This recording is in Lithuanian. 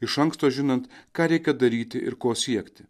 iš anksto žinant ką reikia daryti ir ko siekti